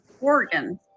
Oregon